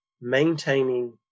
maintaining